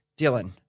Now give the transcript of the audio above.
Dylan